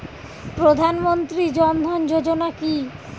প্রধান মন্ত্রী জন ধন যোজনা কি?